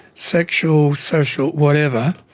sexual, social, whatever,